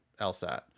LSAT